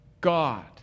God